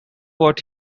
what